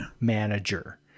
manager